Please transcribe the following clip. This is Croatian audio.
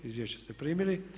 Izvješće ste primili.